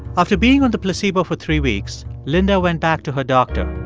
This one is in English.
after being on the placebo for three weeks, linda went back to her doctor.